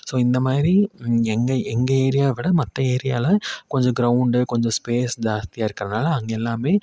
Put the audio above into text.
so இந்தமாதிரி இந்த எங்கள் எங்கள் ஏரியா விட மற்ற ஏரியாவில கொஞ்சம் க்ரௌண்ட்டு கொஞ்சம் ஸ்பேஸ் ஜாஸ்தியாக இருக்கிறனால அங்கே எல்லாமே